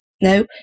No